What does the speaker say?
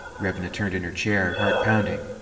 revna turned in her chair, heart pounding.